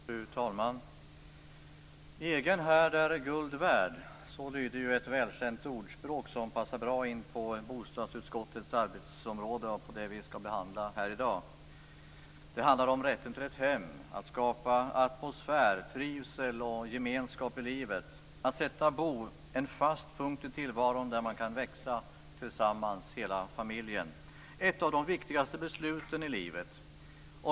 Fru talman! Egen härd är guld värd! Så lyder ett välkänt ordspråk som passar bra in på bostadsutskottets arbetsområde och det vi skall behandla i dag. Det handlar om rätten till ett hem, att skapa atmosfär, trivsel och gemenskap i livet. Det handlar om att sätta bo, en fast punkt i tillvaron där man kan växa tillsammans, hela familjen. Det är ett av de viktigaste besluten i livet.